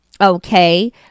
okay